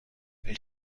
elle